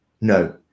No